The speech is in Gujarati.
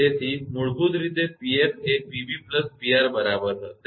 તેથી મૂળભૂત રીતે 𝑃𝑓 એ 𝑃𝑏 𝑃𝑅 બરાબર હશે